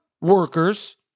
workers